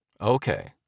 Okay